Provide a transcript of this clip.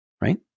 right